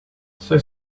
say